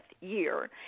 year